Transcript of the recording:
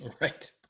Right